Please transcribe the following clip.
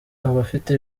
abafite